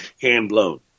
hand-blown